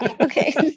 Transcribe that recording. okay